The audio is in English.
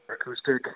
acoustic